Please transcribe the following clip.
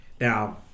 now